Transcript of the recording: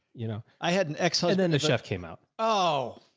you know, i had an ex husband, the chef came out. oh,